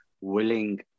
willing